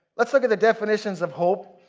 let's look at the definitions of hope.